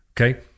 Okay